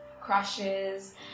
crushes